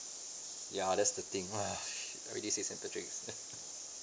yeah that's the thing ah shit I already said saint patrick